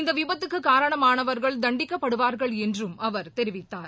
இந்தவிபத்துக்குகாரணமானவர்கள் தண்டிக்கப்படுவார்கள் என்றும் அவர் தெரிவித்தார்